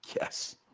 Yes